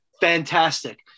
fantastic